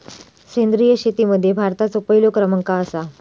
सेंद्रिय शेतीमध्ये भारताचो पहिलो क्रमांक आसा